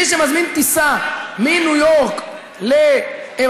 מי שמזמין טיסה מניו יורק לאירופה,